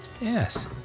Yes